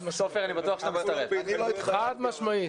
חד משמעית.